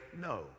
no